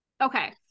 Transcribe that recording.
okay